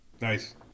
Nice